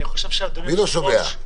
מי לא שומע?